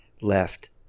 left